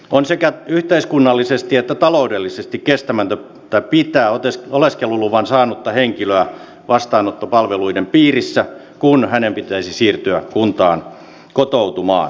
on sekä yhteiskunnallisesti että taloudellisesti kestämätöntä pitää oleskeluluvan saanutta henkilöä vastaanottopalveluiden piirissä kun hänen pitäisi siirtyä kuntaan kotoutumaan